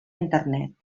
internet